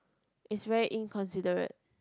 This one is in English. is very inconsiderate